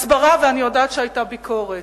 הסברה, ואני יודעת שהיתה ביקורת,